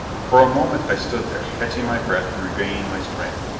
for a moment i stood there, catching my breath and regaining my strength.